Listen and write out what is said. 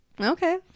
Okay